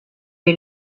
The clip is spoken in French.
est